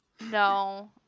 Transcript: No